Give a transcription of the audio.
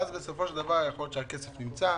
בסופו של דבר יכול להיות שהכסף נמצא,